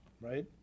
Right